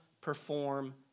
perform